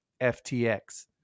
FTX